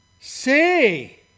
say